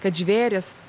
kad žvėrys